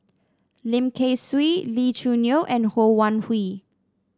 Lim Kay Siu Lee Choo Neo and Ho Wan Hui